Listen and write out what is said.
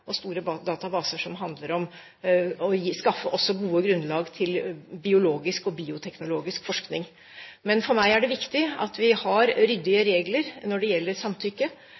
og store databaser, som handler om å skaffe gode grunnlag for biologisk og bioteknologisk forskning. Men for meg er det viktig at vi har ryddige regler når det gjelder samtykke,